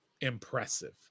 impressive